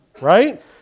Right